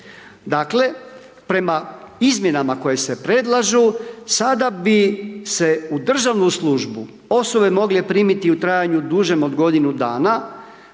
Dakle, prema izmjenama koje se predlažu, sada bi se u državnu službu osobe mogle primiti u trajanju dužem od godinu dana